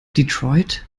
detroit